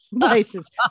places